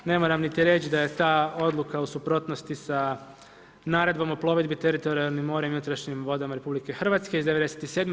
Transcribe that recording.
Ne moram niti reći da je ta odluka u suprotnosti sa naredbom o plovidbi teritorijalnim morem i unutrašnjim vodama RH iz '97.